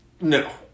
no